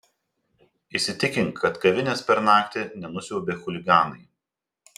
įsitikink kad kavinės per naktį nenusiaubė chuliganai